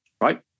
right